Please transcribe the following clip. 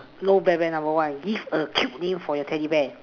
no bear bear number one give a cute name for your teddy bear